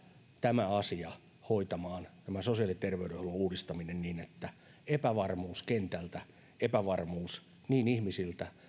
tämä asia tämä sosiaali ja terveydenhuollon uudistaminen hoitamaan niin että epävarmuus kentältä epävarmuus niin ihmisiltä